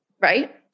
right